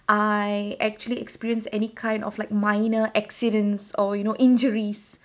I actually experienced any kind of like minor accidents or you know injuries